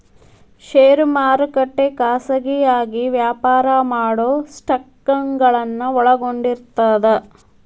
ಷೇರು ಮಾರುಕಟ್ಟೆ ಖಾಸಗಿಯಾಗಿ ವ್ಯಾಪಾರ ಮಾಡೊ ಸ್ಟಾಕ್ಗಳನ್ನ ಒಳಗೊಂಡಿರ್ತದ